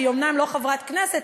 שהיא אומנם לא חברת כנסת,